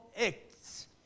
Acts